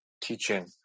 teaching